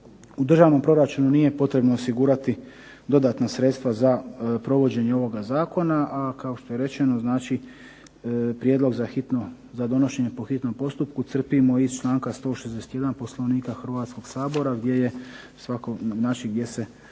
U državnom proračunu nije potrebno osigurati dodatna sredstva za provođenje ovoga zakona, a kao što je rečeno prijedlog za donošenje po hitnom postupku crpimo iz članka 161. Poslovnika Hrvatskog sabora gdje se takva mogućnost